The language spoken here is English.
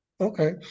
Okay